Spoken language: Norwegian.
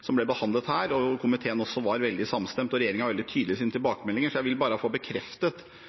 som ble behandlet her, og komiteen var veldig samstemt, og regjeringen var veldig tydelig i sine tilbakemeldinger. Jeg vil bare få bekreftet